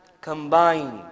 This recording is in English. combined